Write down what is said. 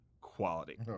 quality